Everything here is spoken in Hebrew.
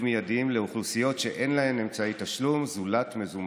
מיידיים לאוכלוסיות שאין להן אמצעי תשלום זולת מזומן.